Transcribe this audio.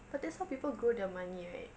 but that's how people grow their money right